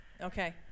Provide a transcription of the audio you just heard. Okay